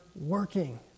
working